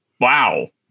wow